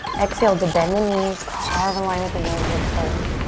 exhale to bend the knees. carve a line with the nose, look forward.